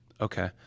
Okay